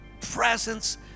presence